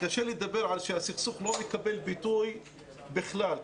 קשה לדבר על שהסכסוך לא מקבל ביטוי בכלל.